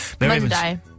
Monday